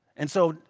and so,